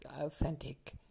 authentic